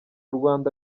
rwanda